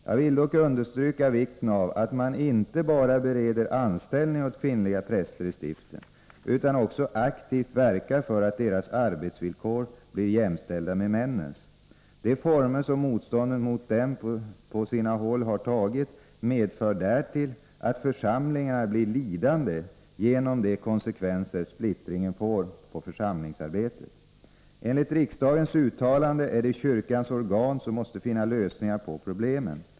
Jag vill dock understryka vikten av att man inte bara bereder anställning åt kvinnliga präster i stiften utan också aktivt verkar för att deras arbetsvillkor blir jämställda med männens. De former som motståndet mot dem på sina håll har tagit medför därtill att församlingarna blir lidande genom de konsekvenser splittringen får på församlingsarbetet. Enligt riksdagens uttalande är det kyrkans organ som måste finna lösningar på problemen.